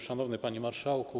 Szanowny Panie Marszałku!